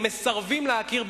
או מסרבים להכיר,